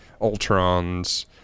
Ultrons